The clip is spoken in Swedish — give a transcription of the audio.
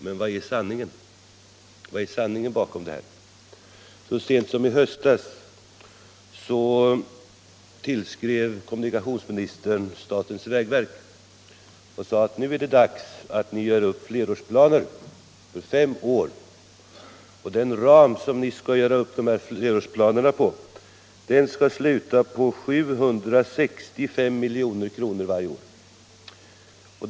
Men vad är sanningen bakom det hela? Så sent som i höstas tillskrev kommunikationsministern statens vägverk och sade: Nu är det dags att ni gör upp flerårsplaner, för fem år, och de planerna skall hålla sig inom en ram av 765 milj.kr. varje år.